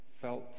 felt